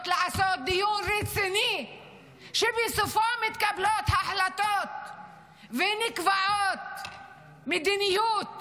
לעשות דיון רציני שבסופו מתקבלות החלטות ונקבעים מדיניות